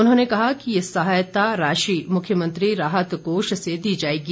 उन्होंने कहा कि ये सहायता राशि मुख्यमंत्री राहत कोष से दी जाएगी